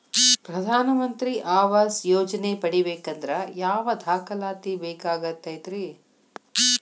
ಪ್ರಧಾನ ಮಂತ್ರಿ ಆವಾಸ್ ಯೋಜನೆ ಪಡಿಬೇಕಂದ್ರ ಯಾವ ದಾಖಲಾತಿ ಬೇಕಾಗತೈತ್ರಿ?